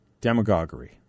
Demagoguery